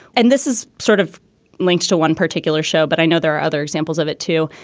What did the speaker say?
and this is sort of linked to one particular show. but i know there are other examples of it, too,